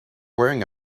wearing